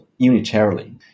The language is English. unitarily